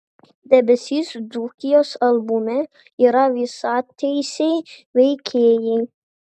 debesys dzūkijos albume yra visateisiai veikėjai